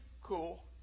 cool